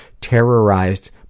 terrorized